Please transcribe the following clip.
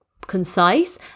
concise